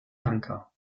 lanka